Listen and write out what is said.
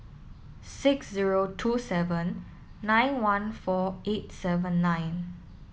six zero two seven nine one four eight seven nine